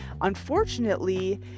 Unfortunately